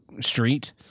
street